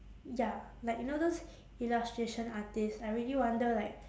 ya like you know those illustration artists I really wonder like